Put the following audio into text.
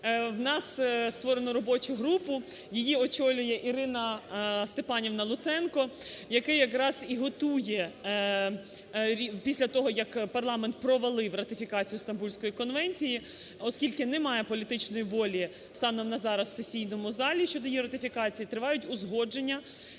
У нас створено робочу групу, її очолює Ірина Степанівна Луценко, який якраз і готує після того, як парламент провалив ратифікацію Стамбульської конвенції, оскільки немає політичної волі станом на зараз в сесійному залі щодо її ратифікації, тривають узгодження